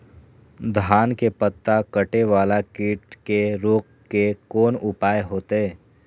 धान के पत्ता कटे वाला कीट के रोक के कोन उपाय होते?